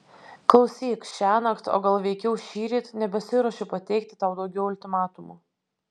klausyk šiąnakt o gal veikiau šįryt nebesiruošiu pateikti tau daugiau ultimatumų